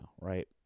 right